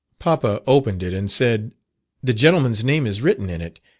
papa opened it, and said the gentleman's name is written in it,